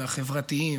החברתיים,